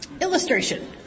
Illustration